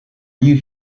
you